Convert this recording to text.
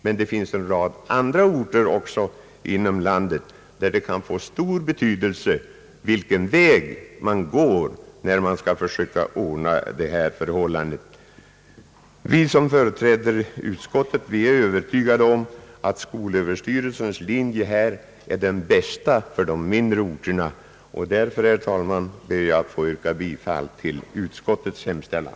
Men det finns även en rad andra orter i landet, där det kan få stor betydelse vilken väg man går när man skall försöka ordna denna sak. Vi som företräder utskottet är övertygande om att skolöverstyrelsens linje är den bästa för de mindre orterna. Därför, herr talman, ber jag att få yrka bifall till utskottets hemställan.